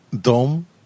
Dom